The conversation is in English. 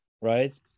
right